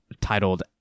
titled